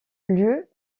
lieu